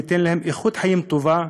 ייתן להם איכות חיים טובה,